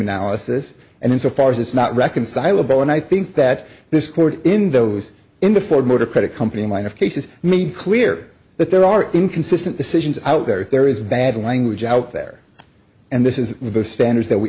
analysis and insofar as it's not reconcilable and i think that this court in those in the ford motor credit company might have cases made clear that there are inconsistent decisions out there there is bad language out there and this is the standards that we